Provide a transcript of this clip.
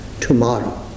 tomorrow